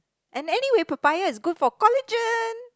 and anyway papaya is good for collagen